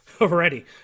already